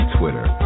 Twitter